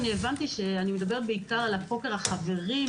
אני הבנתי שאני מדברת בעיקר על הפוקר החברי,